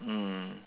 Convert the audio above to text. mm